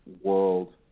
world